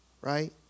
right